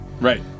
right